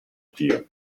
pio